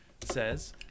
says